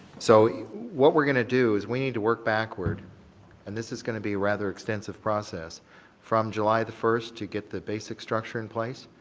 so what we're going to do is we need to work backward and this is going to be rather extensive process from july the first to get the basic structure in place.